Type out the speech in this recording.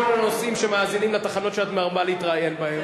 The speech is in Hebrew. כל הנוסעים שמאזינים לתחנות שאת מרבה להתראיין בהן?